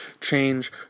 change